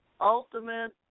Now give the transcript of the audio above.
Ultimate